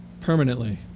permanently